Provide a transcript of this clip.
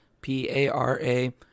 P-A-R-A